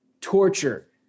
torture